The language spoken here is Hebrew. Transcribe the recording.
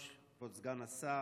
גברתי היושבת-ראש, כבוד סגן השר,